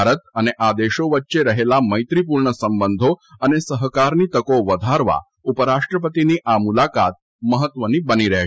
ભારત અને આ દેશો વચ્ચે રહેલા મૈત્રીપૂર્ણ સંબંધો અને સહકારની તકો વધારવા ઉપરાષ્ટ્રપતિની આ મુલાકાત મહત્વની બની રહેશે